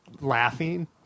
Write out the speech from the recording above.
laughing